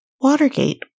Watergate